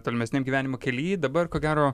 tolimesniam gyvenimo kely dabar ko gero